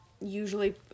usually